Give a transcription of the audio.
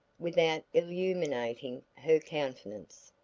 without illuminating her countenance.